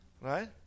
right